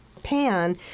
pan